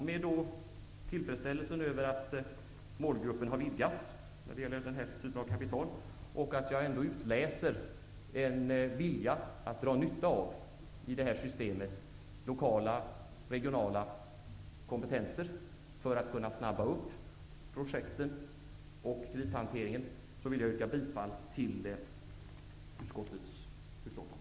Med tillfredsställelsen över att målgruppen har vidgats när det gäller den här typen av kapital och över att jag kan utläsa en vilja att i det här systemet dra nytta av lokala och regionala kompetenser för att snabba upp projekten och kredithanteringen yrkar jag bifall till utskottets hemställan.